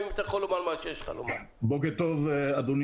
בוקר טוב אדוני